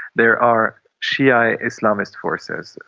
there are shia islamist forces,